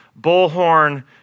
bullhorn